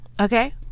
Okay